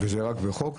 וזה רק בחוק?